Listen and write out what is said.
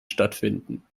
stattfinden